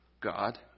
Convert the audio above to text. God